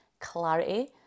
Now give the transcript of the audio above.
clarity